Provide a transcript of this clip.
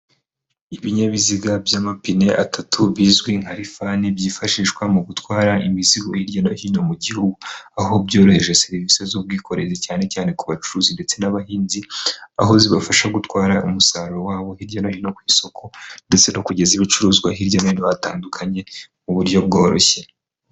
Ibinyabiziga by'amapine atatu bizwi nka rifani, byifashishwa mu gutwara imizigo hirya no hino mu gihugu. Aho byoroheje serivise z'ubwikorezi cyane cyane ku bacuruzi ndetse n'abahinzi. Aho zibafasha gutwara umusaruro wabo hirya no hino ku isoko, ndetse no kugeza ibicuruzwa hirya no hino hatandukanye mu buryo bworoshye.